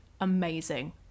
amazing